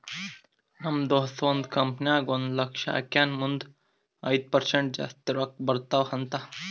ನಮ್ ದೋಸ್ತ ಒಂದ್ ಕಂಪನಿ ನಾಗ್ ಒಂದ್ ಲಕ್ಷ ಹಾಕ್ಯಾನ್ ಮುಂದ್ ಐಯ್ದ ಪರ್ಸೆಂಟ್ ಜಾಸ್ತಿ ರೊಕ್ಕಾ ಬರ್ತಾವ ಅಂತ್